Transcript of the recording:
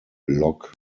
lock